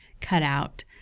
cutout